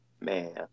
Man